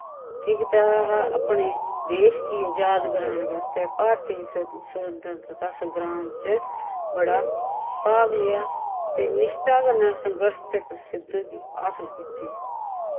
केह् कीता हा अपने देश कि अजाद कराने वास्तै भारती स्व स्वतंत्रता संग्राम च बड़ा भाग लेआ ते निश्टा कन्नै संगर्श ते प्रसिध्द हासल कीती